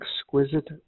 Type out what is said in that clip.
exquisite